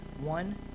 One